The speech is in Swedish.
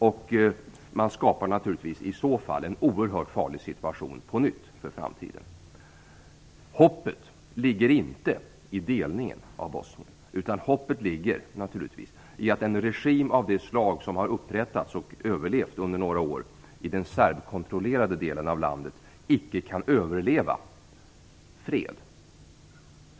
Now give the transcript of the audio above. Man skapar naturligtvis i så fall på nytt en för framtiden oerhört farlig situation. Hoppet ligger inte i delningen av Bosnien. Hoppet ligger naturligtvis i att en regim av det slag som har upprättats och som har överlevt under några år i den serbkontrollerade delen av landet icke kan överleva fred.